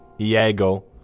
Iago